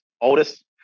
oldest